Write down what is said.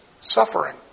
suffering